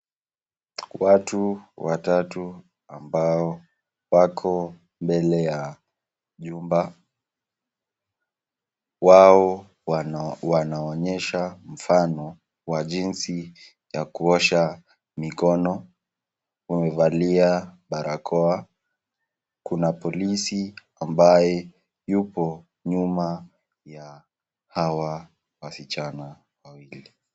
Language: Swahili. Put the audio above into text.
Watu watatu ambao wako mbele ya jumba. Wao wanaonyesha mfano wa jinsi ya kuosha mikono. Wamevalia barakoa. Kuna polisi ambaye yuko nyuma ya hawa wasichana wawili.